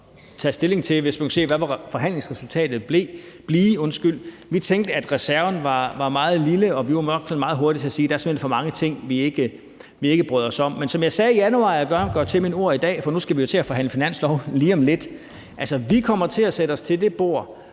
tage stilling til, når man kan se, hvad forhandlingsresultatet bliver. Vi tænkte, at reserven var meget lille, og vi var nok meget hurtige til at sige: Der er simpelt hen for mange ting, vi ikke bryder os om. Men som jeg sagde i januar, og som jeg gerne gør til mine ord i dag, for nu skal vi jo til at forhandle finanslov lige om lidt: Altså, vi kommer til at sætte os til det bord,